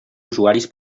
usuaris